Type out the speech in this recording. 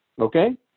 okay